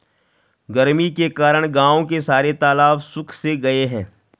गर्मी के कारण गांव के सारे तालाब सुख से गए हैं